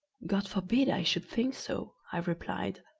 god forbid i should think so i replied,